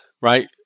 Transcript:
Right